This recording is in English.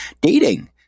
dating